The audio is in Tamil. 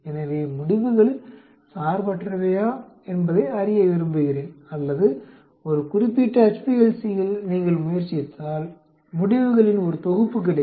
எனவே முடிவுகள் சார்பற்றைவையா என்பதை அறிய விரும்புகிறேன் அல்லது ஒரு குறிப்பிட்ட HPLC யில் நீங்கள் முயற்சித்தால் முடிவுகளின் ஒரு தொகுப்பு கிடைக்கும்